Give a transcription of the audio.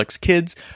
Kids